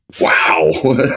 wow